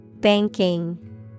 Banking